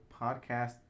podcast